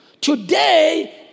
today